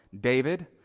David